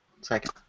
second